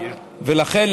ולכן,